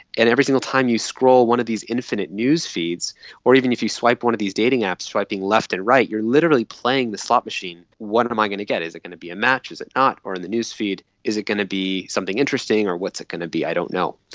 and every single time you scroll one of these infinite newsfeeds or even if you swipe one of these dating apps, swiping left and right, you are literally playing the slot machine what am i going to get, is it going to be a match, is it not? or in the newsfeed, is it going to be something interesting or what's going to be, i don't know.